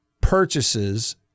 purchases